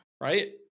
Right